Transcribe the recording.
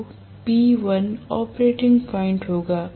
तो P1 operating point होगा